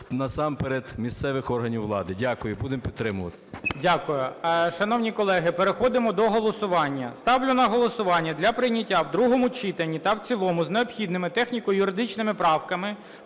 насамперед місцевих органів влади. Дякую. Будемо підтримувати. ГОЛОВУЮЧИЙ. Дякую. Шановні колеги, переходимо до голосування. Ставлю на голосування для прийняття в другому читанні та в цілому з необхідними техніко-юридичними правками